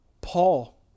Paul